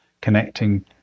connecting